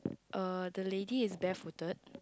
a the lady is there for third